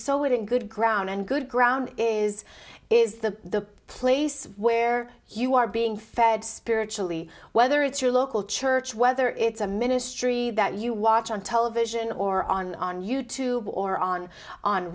saw it in good ground and good ground is is the place where you are being fed spiritually whether it's your local church whether it's a ministry that you watch on television or on on you tube or on on